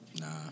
nah